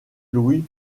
louis